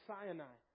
Sinai